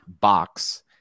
box